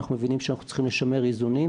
אנחנו מבינים שאנחנו צריכים לשמר איזונים,